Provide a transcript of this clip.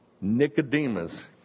Nicodemus